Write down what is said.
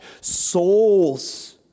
souls